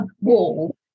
wall